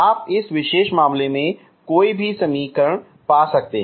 आप इस विशेष मामले में कोई भी समीकरण पा सकते हैं